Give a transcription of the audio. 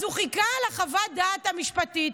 אז הוא חיכה לחוות הדעת המשפטית,